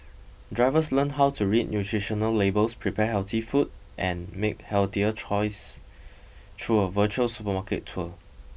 drivers learn how to read nutritional labels prepare healthy food and make healthier choice through a virtual supermarket tour